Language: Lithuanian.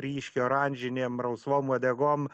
ryškiai oranžinėm rausvom uodegom